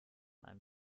einem